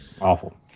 awful